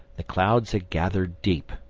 the clouds had gathered deep,